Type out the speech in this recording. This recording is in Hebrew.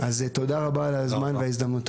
תודה רבה על הזמן ועל ההזדמנות.